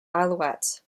alouettes